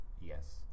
Yes